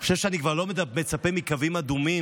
אני חושב שאני כבר לא מצפה לקווים אדומים,